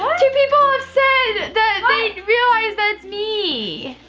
two people have said that they realized that it's me.